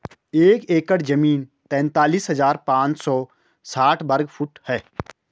एक एकड़ जमीन तैंतालीस हजार पांच सौ साठ वर्ग फुट है